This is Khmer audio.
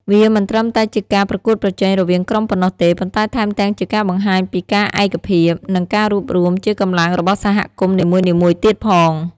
វាមិនត្រឹមតែជាការប្រកួតប្រជែងរវាងក្រុមប៉ុណ្ណោះទេ ប៉ុន្តែថែមទាំងជាការបង្ហាញពីការឯកភាព និងការរួបរួមជាកម្លាំងរបស់សហគមន៍នីមួយៗទៀតផង។